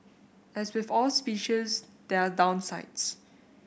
as with all speeches there are downsides